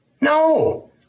No